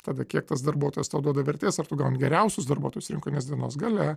tada kiek tas darbuotojas tau duoda vertės ar tu gauni geriausius darbuotojus rinkoje nes dienos gale